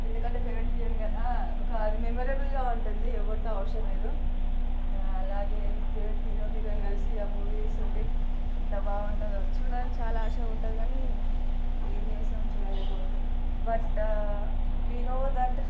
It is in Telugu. ఎందుకంటే ఫేవరెట్ హీరోయిన్ కదా ఒక మెమొరబుల్గా ఉంటుంది ఎవరితో అవసరం లేదు ఇక అలాగే ఫేవరెట్ హీరో హీరోయిన్ కలిసి ఒక మూవీ తీస్తుంటే ఎంత బాగుంటుందో చూడాలని చాలా ఆశ ఉంటుంది కానీ ఏం చేస్తాం చూడలేకపోతున్నాం బట్ వి నో దట్